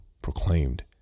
Proclaimed